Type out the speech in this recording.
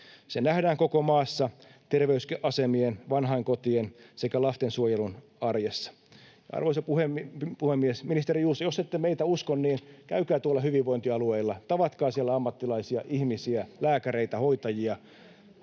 Se nähdään koko maassa terveysasemien, vanhainkotien sekä lastensuojelun arjessa. Arvoisa ministeri Juuso, jos ette meitä usko, niin käykää tuolla hyvinvointialueilla. Tavatkaa siellä ammattilaisia, ihmisiä, lääkäreitä, hoitajia,